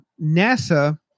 NASA